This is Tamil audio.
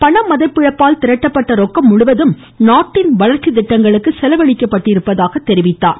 பணமதிப்பிழப்பால் திரட்டப்பட்ட ரொக்கம் முழுவதும் நாட்டின் வளர்ச்சி திட்டங்களுக்கு செலவழிக்கப்பட்டதாக தெரிவித்தார்